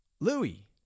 Louis